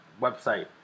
website